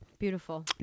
beautiful